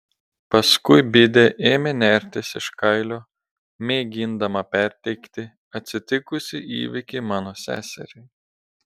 paskui bidė ėmė nertis iš kailio mėgindama perteikti atsitikusį įvykį mano seseriai